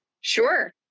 Sure